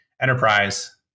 enterprise